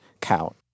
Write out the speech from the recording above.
count